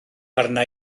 arna